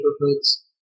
neighborhoods